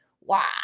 Wow